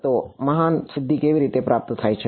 તો આ મહાન સિદ્ધિ કેવી રીતે પ્રાપ્ત થાય છે